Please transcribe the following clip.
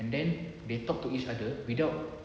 and then they talked to each other without